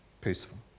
peaceful